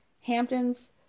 Hamptons